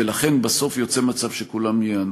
ולכן, בסוף יוצא מצב שכולם ייהנו.